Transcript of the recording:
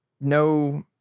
No